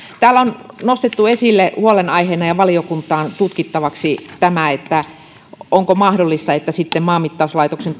täällä on nostettu esille huolenaiheena ja valiokuntaan tutkittavaksi se onko mahdollista että maanmittauslaitoksen